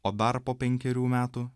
o dar po penkerių metų